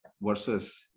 versus